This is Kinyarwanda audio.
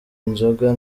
inzoga